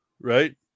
right